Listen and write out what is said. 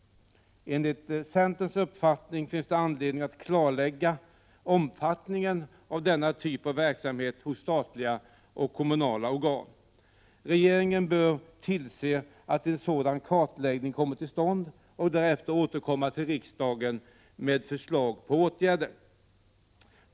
Enligt centerns uppfattning finns det anledning att klarlägga omfattningen av denna typ av verksamhet hos statliga och kommunala organ. Regeringen bör tillse att en sådan kartläggning kommer till stånd och därefter återkomma till riksdagen med förslag till åtgärder.